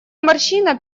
морщина